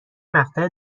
مقطع